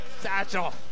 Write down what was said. Satchel